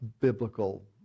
biblical